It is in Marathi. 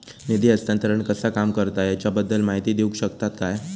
निधी हस्तांतरण कसा काम करता ह्याच्या बद्दल माहिती दिउक शकतात काय?